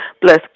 bless